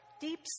deep